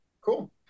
Cool